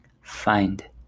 Find